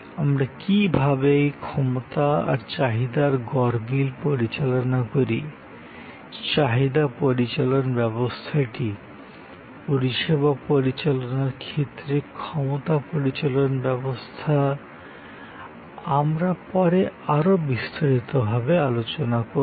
আমরা কী ভাবে এই ক্ষমতা আর চাহিদার গরমিল পরিচালনা করি চাহিদা পরিচালন ব্যবস্থাটি পরিষেবা পরিচালনার ক্ষেত্রে ক্ষমতা পরিচালন ব্যবস্থা আমরা পরে আরও বিস্তারিতভাবে আলোচনা করব